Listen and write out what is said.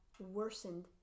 worsened